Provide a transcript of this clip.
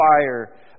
fire